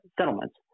settlements